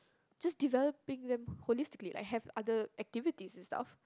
just developing them holistically I have other activities and stuff